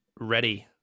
ready